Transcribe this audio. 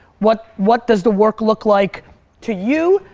what what does the work look like to you,